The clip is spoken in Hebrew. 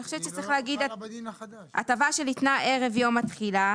אני חושבת שצריך להגיד הטבה שניתנה ערב יום התחילה